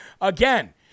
again